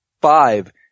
five